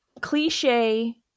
cliche